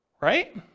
right